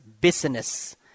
business